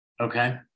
Okay